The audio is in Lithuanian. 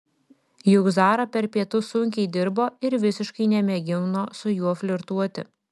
juk zara per pietus sunkiai dirbo ir visiškai nemėgino su juo flirtuoti